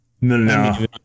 no